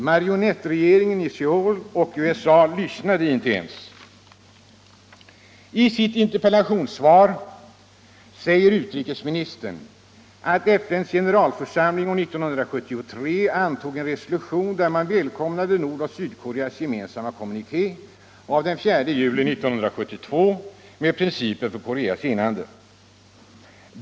Marionettregeringen i Söul och USA lyssnade inte ens. I sitt interpellationssvar säger utrikesministern att FN:s generalförsamling år 1973 antog en resolution där man välkomnade Nordoch Sydkoreas gemensamma kommuniké av den 4 juli 1972 med principer för Koreas enande.